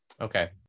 Okay